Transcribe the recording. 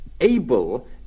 able